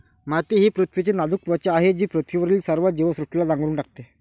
माती ही पृथ्वीची नाजूक त्वचा आहे जी पृथ्वीवरील सर्व जीवसृष्टीला नांगरून टाकते